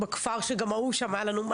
בכפר שגם ההוא שמענו,